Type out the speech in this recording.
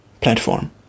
platform